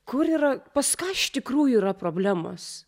kur yra pas ką iš tikrųjų yra problemos